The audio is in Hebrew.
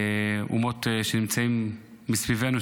אומות שנמצאות מסביבנו.